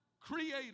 Creator